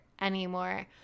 anymore